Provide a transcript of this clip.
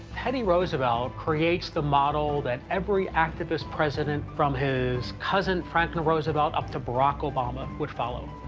teddy roosevelt creates the model that every activist president from his cousin, franklin roosevelt, up to barack obama, would follow.